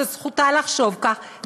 שזו זכותה לחשוב כך,